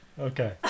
Okay